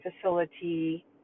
facility